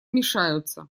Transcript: мешаются